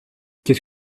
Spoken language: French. qu’est